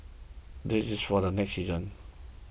this is for the next season